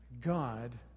God